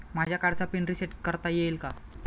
माझ्या कार्डचा pin reset करता येईल का?